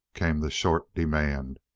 came the short demand,